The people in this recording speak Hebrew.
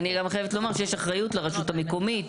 אני גם חייבת לומר שיש אחריות לרשות המקומית